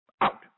Out